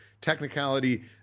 technicality